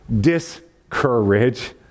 discourage